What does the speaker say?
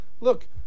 look